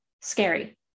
scary